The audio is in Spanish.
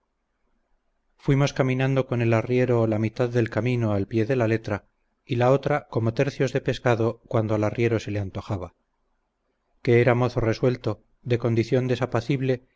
dios fuimos caminando con el arriero la mitad del camino al pie de la letra y la otra como tercios de pescado cuando al arriero se le antojaba que era mozo resuelto de condición